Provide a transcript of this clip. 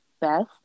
best